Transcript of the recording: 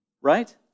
Right